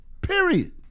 Period